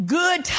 good